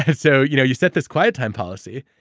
and so you know you set this quiet time policy,